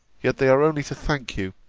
yet they are only to thank you,